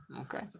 okay